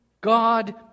God